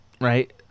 right